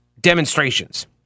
demonstrations